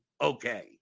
okay